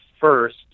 first